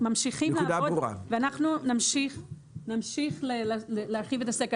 אנחנו ממשיכים לעבוד ואנחנו נמשיך להרחיב את הסקר.